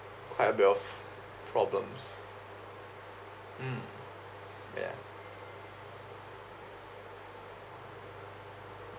quite a bit of problems mm ya